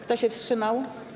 Kto się wstrzymał?